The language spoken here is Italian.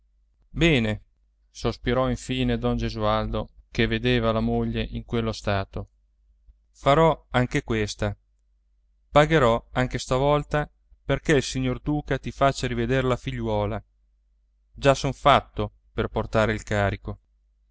bene sospirò infine don gesualdo che vedeva la moglie in quello stato farò anche questa pagherò anche stavolta perché il signor duca ti faccia rivedere la figliuola già son fatto per portare il carico